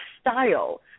style